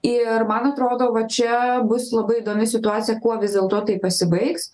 ir man atrodo va čia bus labai įdomi situacija kuo vis dėlto tai pasibaigs